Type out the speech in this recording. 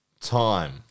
Time